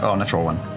um natural one.